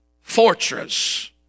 fortress